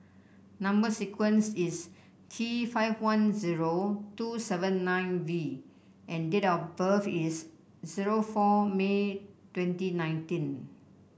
number sequence is T five one zero two seven nine V and date of birth is zero four May twenty nineteen